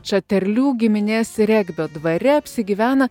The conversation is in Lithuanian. čaterlių giminės regbio dvare apsigyvena